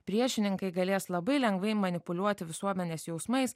priešininkai galės labai lengvai manipuliuoti visuomenės jausmais